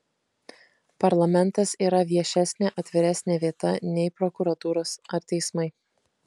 parlamentas yra viešesnė atviresnė vieta nei prokuratūros ar teismai